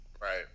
Right